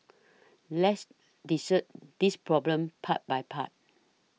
let's dissect this problem part by part